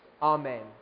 Amen